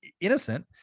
innocent